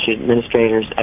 administrators